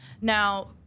Now